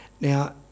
now